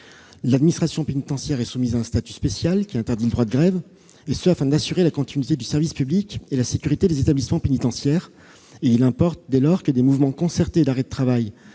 L'administration pénitentiaire est soumise à un statut spécial qui interdit le droit de grève afin d'assurer la continuité du service public et la sécurité de nos établissements pénitentiaires. Il importe, dès lors, que des mouvements concertés d'arrêt de travail